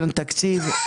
אין תקציב,